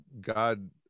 God